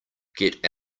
get